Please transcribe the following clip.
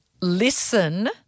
listen